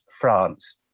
france